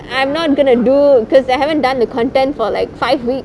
I'm not going to do because I haven't done the content for like five weeks